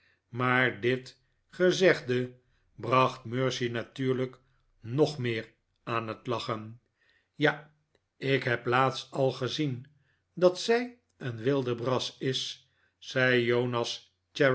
maar dit gezegde bracht mercy natuurlijk nog meer aan het lachen ja ik heb laatst al gezien dat zij een wildebras is zei jonas